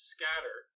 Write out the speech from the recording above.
Scatter